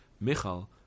Michal